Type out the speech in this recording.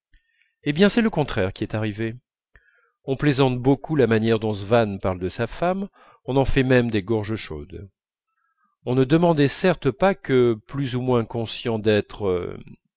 hé bien c'est le contraire qui est arrivé on plaisante beaucoup la manière dont swann parle de sa femme on en fait même des gorges chaudes on ne demandait certes pas que plus ou moins conscient d'être